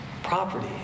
property